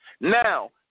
Now